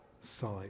side